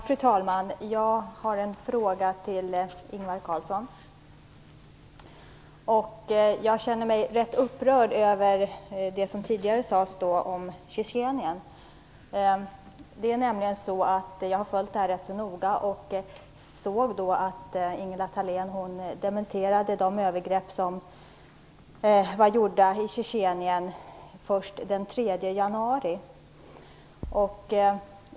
Fru talman! Jag har en fråga till Ingvar Carlsson. Jag känner mig rätt upprörd över det som tidigare sades om Tjetjenien. Det är nämligen så att jag har följt det som hänt rätt så noga, och jag såg då att Ingela Thalén dementerade de övergrepp som var gjorda i Tjetjenien först den 3 januari.